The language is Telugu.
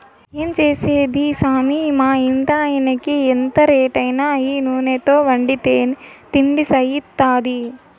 ఏం చేసేది సామీ మా ఇంటాయినకి ఎంత రేటైనా ఈ నూనెతో వండితేనే తిండి సయిత్తాది